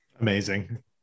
Amazing